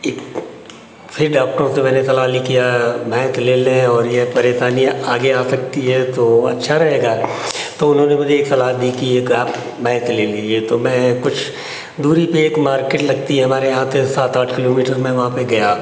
एक फिर डॉक्टरों से मैंने सलाह ली कि हाँ भैंस ले लें और ये एक परेशानियां आगे आ सकती है तो अच्छा रहेगा तो उन्होंने मुझे एक सलाह दी कि एक आप भैंस ले लीजिए तो मैं कुछ दूरी पे एक मार्केट लगती है हमारे यहाँ से सात आठ किलोमीटर मैं वहां पे गया